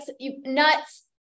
nuts